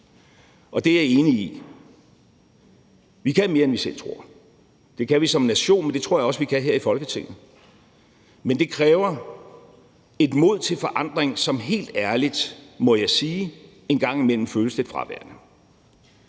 og det er jeg enig i. Vi kan mere, end vi selv tror. Det kan vi som nation, men det tror jeg også vi kan her i Folketinget. Men det kræver et mod til forandring, som helt ærligt – må jeg sige – en gang imellem føles lidt fraværende.